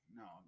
no